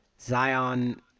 Zion